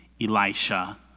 Elisha